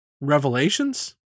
Revelations